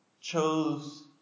chose